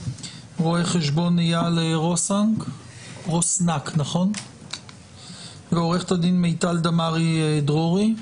רואה חשבון אייל רוסנק ועורכת הדין מיטל דמארי דרורי.